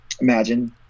imagine